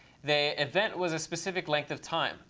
the event was a specific length of time.